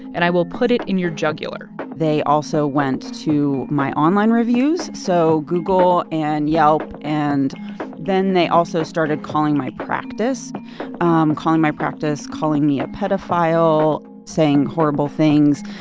and i will put it in your jugular they also went to my online reviews, so google and yelp. and then they also started calling my practice um calling my practice, calling me a pedophile, saying horrible things.